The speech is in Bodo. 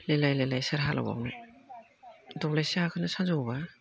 लेलाय लेलाय सोर हाल एवबावनो दब्लायसे हाखोनो सानजौओबा